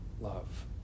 love